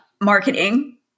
marketing